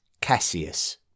Cassius